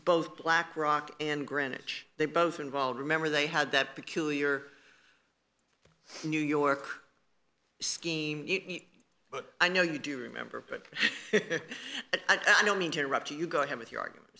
both black rock and greenwich they both involved remember they had that peculiar new york scheme but i know you do remember but i don't mean to interrupt you go ahead with your argument